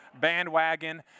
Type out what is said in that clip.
bandwagon